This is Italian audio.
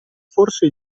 forse